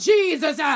Jesus